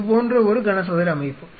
இது போன்ற ஒரு கனசதுர அமைப்பு